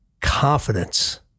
Confidence